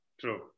True